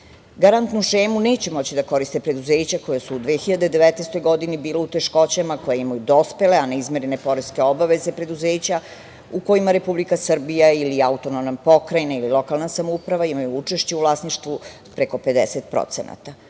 Garantnu šemu neće moći da koriste preduzeća koja su u 2019. godini bila u teškoćama, koja imaju dospele, a ne izmirene poreske obaveze preduzeća, u kojima Republika Srbija ili AP ili lokalna samouprava imaju učešće u vlasništvu preko